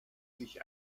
sich